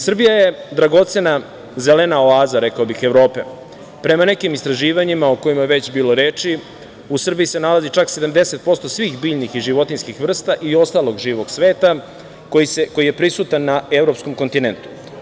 Srbija je dragocena zelena oaza, rekao bih Evrope, prema nekim istraživanjima o kojima je već bilo reči, u Srbiji se nalazi čak 70% svih biljnih i životinjskih vrsta i ostalog živog sveta koji je prisutan na evropskom kontinentu.